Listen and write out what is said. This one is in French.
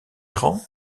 rend